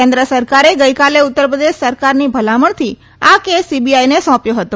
કેન્દ્ર સરકારે ગઇકાલે ઉત્તર પ્રદેશ સરકારની ભલામણથી આ કેસ સીબીઆઇને સોંપ્યો હતો